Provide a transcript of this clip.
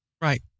Right